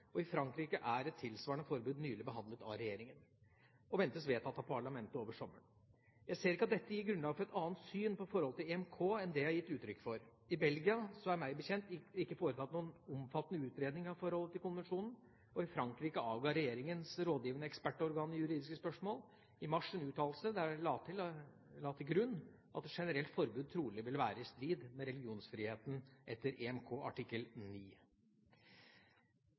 og i Frankrike er et tilsvarende forbud nylig behandlet av regjeringen og ventes vedtatt av parlamentet over sommeren. Jeg ser ikke at dette gir grunnlag for et annet syn på forholdet til EMK enn det jeg har gitt uttrykk for. I Belgia er det meg bekjent ikke foretatt noen omfattende utredning av forholdet til konvensjonen, og i Frankrike avga regjeringens rådgivende ekspertorgan i juridiske spørsmål i mars en uttalelse, der det la til grunn at et generelt forbud trolig ville være i strid med religionsfriheten etter EMK artikkel